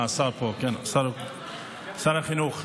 אה, השר פה, כן, שר החינוך.